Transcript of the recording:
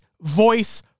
voice